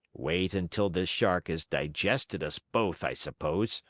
wait until the shark has digested us both, i suppose.